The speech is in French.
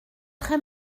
très